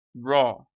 raw